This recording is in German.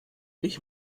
ich